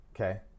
Okay